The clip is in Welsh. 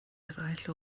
eraill